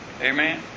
Amen